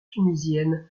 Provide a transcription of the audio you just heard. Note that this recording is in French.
tunisiennes